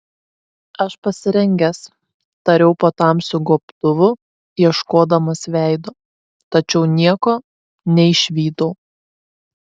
aš pasirengęs tariau po tamsiu gobtuvu ieškodamas veido tačiau nieko neišvydau